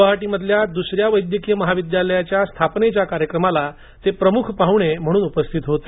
गुवाहाटीमधल्या दुसऱ्या वैद्यकीय महाविद्यालयाच्या स्थापनेच्या कार्यक्रमाला ते प्रमुख पाहुणे म्हणून उपस्थित होते